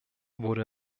wurde